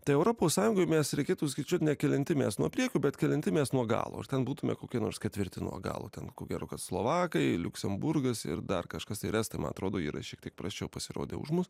tai europos sąjungoj mes reikėtų skaičiuot ne kelinti mes nuo priekio bet kelinti mes nuo galo ir ten būtume kokie nors ketvirti nuo galo ten ko gero kad slovakai liuksemburgas ir dar kažkas ir estai man atrodo yra šiek tiek prasčiau pasirodę už mus